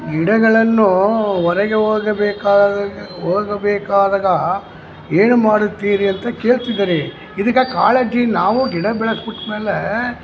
ಗಿಡಗಳನ್ನು ಹೊರಗೆ ಹೋಗಬೇಕಾದಾಗ ಹೋಗಬೇಕಾದಾಗ ಏನು ಮಾಡುತ್ತೀರಿ ಅಂತ ಕೇಳ್ತಿದ್ದಾರೆ ಇದ್ಕೆ ಕಾಳಜಿ ನಾವು ಗಿಡ ಬೆಳೆಸಿ ಬಿಟ್ಮೇಲೆ